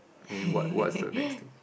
then what what's the next thing